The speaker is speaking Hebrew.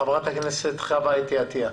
חברת הכנסת חוה אתי עטיה.